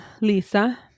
Lisa